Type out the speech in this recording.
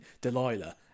Delilah